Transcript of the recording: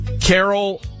Carol